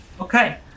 Okay